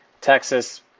Texas